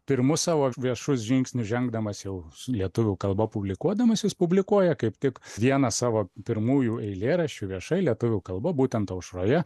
pirmus savo viešus žingsnius žengdamas jau lietuvių kalba publikuodamas jis publikuoja kaip tik vieną savo pirmųjų eilėraščių viešai lietuvių kalba būtent aušroje